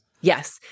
Yes